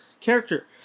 character